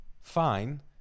fine